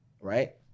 right